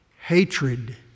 hatred